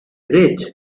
rich